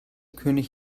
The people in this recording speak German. könig